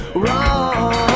wrong